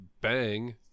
bang